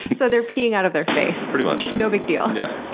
so they're peeing out of their face. pretty much. no big deal. yeah